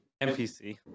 NPC